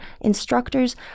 instructors